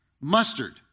Mustard